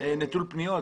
נטול פניות.